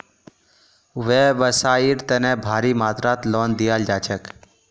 व्यवसाइर तने भारी मात्रात लोन दियाल जा छेक